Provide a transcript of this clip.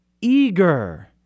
eager